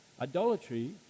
Idolatry